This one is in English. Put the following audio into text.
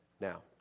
Now